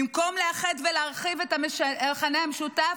במקום לאחד ולהרחיב את המכנה המשותף,